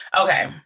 Okay